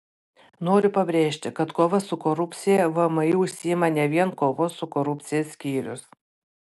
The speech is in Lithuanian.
noriu pabrėžti kad kova su korupcija vmi užsiima ne vien kovos su korupcija skyrius